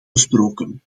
besproken